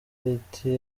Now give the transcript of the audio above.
riti